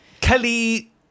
Kelly